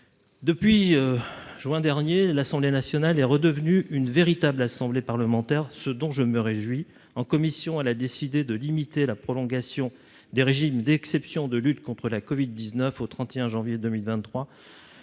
de juin dernier, l'Assemblée nationale est redevenue une véritable assemblée parlementaire, ce dont je me réjouis. En commission, elle a décidé de limiter la prolongation des régimes d'exception de lutte contre la covid-19 au 31 janvier 2023.